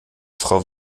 frau